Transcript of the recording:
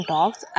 Talks